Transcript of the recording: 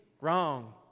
Wrong